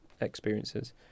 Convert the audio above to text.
experiences